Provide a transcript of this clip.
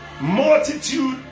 multitude